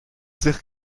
sich